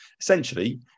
Essentially